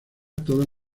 todos